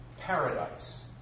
paradise